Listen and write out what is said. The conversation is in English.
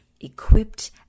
equipped